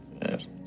Yes